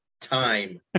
Time